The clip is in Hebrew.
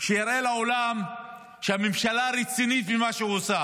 שיראה לעולם שהממשלה רצינית במה שהיא עושה: